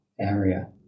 area